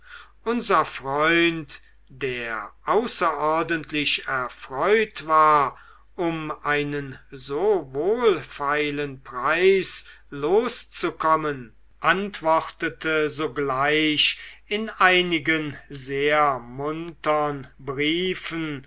unser freund der außerordentlich erfreut war um einen so wohlfeilen preis loszukommen antwortete sogleich in einigen sehr muntern briefen